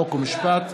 חוק ומשפט.